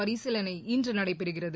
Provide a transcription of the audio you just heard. பரிசீலனை இன்று நடைபெறுகிறது